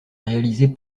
réalisé